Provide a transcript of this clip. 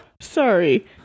sorry